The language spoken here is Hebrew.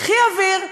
קחי אוויר,